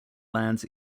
lands